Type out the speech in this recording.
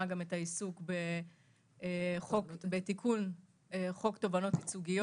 את העיסוק בתיקון חוק תובענות ייצוגיות.